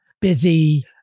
busy